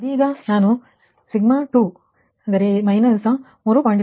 ಇದೀಗ ನಾನು 2 −3